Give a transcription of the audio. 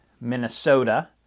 Minnesota